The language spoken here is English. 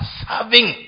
serving